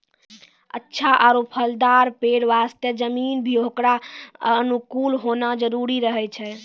अच्छा आरो फलदाल पेड़ वास्तॅ जमीन भी होकरो अनुकूल होना जरूरी रहै छै